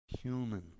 human